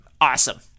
Awesome